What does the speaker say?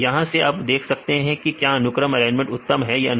यहां से आप देख सकते हैं कि क्या अनुक्रम एलाइनमेंट उत्तम है या नहीं